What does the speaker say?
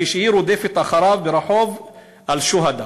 כשהיא רודפת אחריו ברחוב השוהדא,